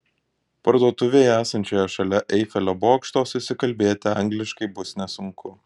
parduotuvėje esančioje šalia eifelio bokšto susikalbėti angliškai bus nesunku